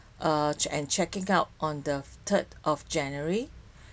err and checking out on the third of january